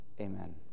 Amen